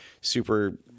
super